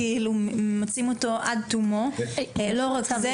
כאילו שממצים אותו עד תומו ולא רק זה